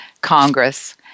Congress